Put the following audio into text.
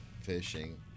fishing